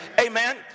amen